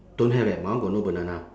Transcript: don't have eh my one got no banana